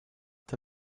est